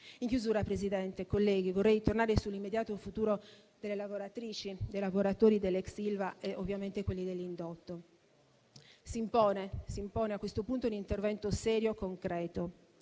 In chiusura, Presidente, colleghi, vorrei tornare sull'immediato futuro delle lavoratrici e dei lavoratori dell'ex Ilva e ovviamente di quelli dell'indotto. Si impone, a questo punto, un intervento serio e concreto.